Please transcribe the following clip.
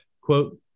Quote